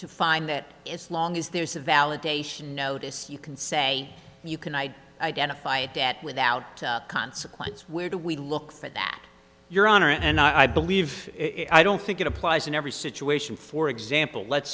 to find that it's long is there's a validation notice you can say you can i identify a debt without consequence where do we look for that your honor and i believe if i don't think it applies in every situation for example let's